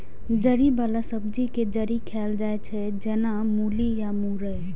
जड़ि बला सब्जी के जड़ि खाएल जाइ छै, जेना मूली या मुरइ